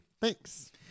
Thanks